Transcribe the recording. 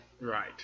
Right